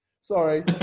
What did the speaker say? Sorry